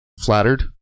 Flattered